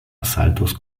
asaltos